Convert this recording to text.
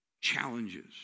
challenges